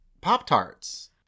Pop-Tarts